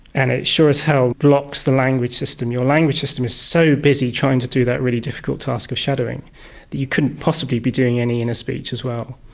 and it sure as hell blocks the language system. your language system is so busy trying to do that really difficult task of shadowing that you couldn't possibly be doing any inner speech as well.